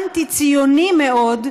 אנטי-ציוני מאוד,